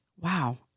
Wow